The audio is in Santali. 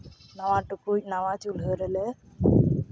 ᱱᱟᱣᱟ ᱴᱩᱠᱩᱡ ᱱᱟᱣᱟ ᱪᱩᱞᱦᱟᱹ ᱨᱮᱞᱮ